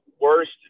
worst